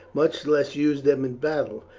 much less use them in battle.